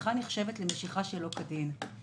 המשיכה נחשבת למשיכה שלא כדין.